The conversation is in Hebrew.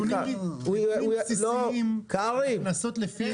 נתונים בסיסיים כדי לנסות לפיהם --- לא,